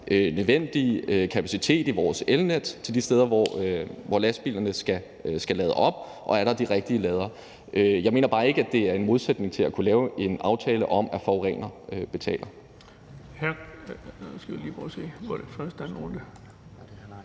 nødvendige kapacitet i vores elnet de steder, hvor lastbilerne skal lade op, og om der er de rigtige ladere. Jeg mener bare ikke, at det står i modsætning til det at kunne lave en aftale om, at forureneren betaler.